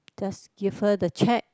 just give her the cheque